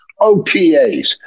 OTAs